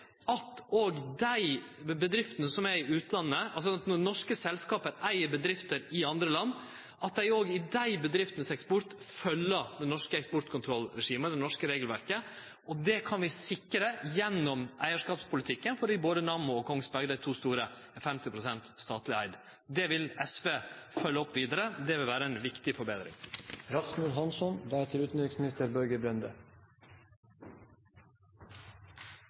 at òg eksporten frå dei bedriftene i utlandet som er eigde av norske selskap, følgjer det norske eksportkontrollregimet og det norske regelverket. Det kan vi sikre gjennom eigarskapspolitikken, for både Nammo og Kongsberg – dei to store – er 50 pst. statleg eigde. Det vil SV følgje opp vidare, og det vil vere ei viktig